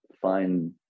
find